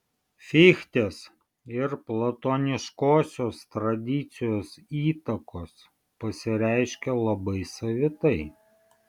fichtės ir platoniškosios tradicijos įtakos pasireiškė labai savitai